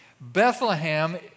Bethlehem